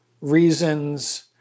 reasons